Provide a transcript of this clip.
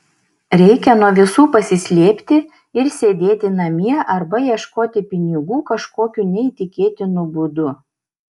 reikia nuo visų pasislėpti ir sėdėti namie arba ieškoti pinigų kažkokiu neįtikėtinu būdu